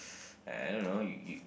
I don't know you you